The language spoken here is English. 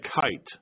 kite